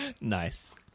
Nice